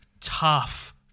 tough